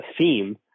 theme